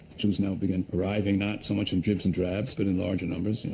jews now began arrive not so much in drubs and drabs, but in larger numbers, you know,